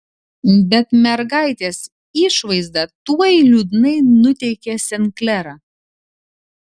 bet mergaitės išvaizda tuoj liūdnai nuteikė sen klerą